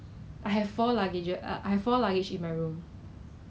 yeah yeah I got I think I got sell to some people